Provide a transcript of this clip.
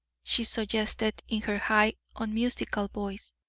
she suggested, in her high, unmusical voice.